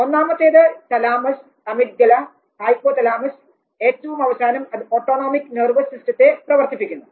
ഒന്നാമത്തേത് thalamus amygdala hypothalamus ഏറ്റവും അവസാനം അത് ഓട്ടോണോമിക് നെർവസ് സിസ്റ്റത്തെ പ്രവർത്തിപ്പിക്കുന്നു